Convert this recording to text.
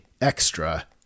extra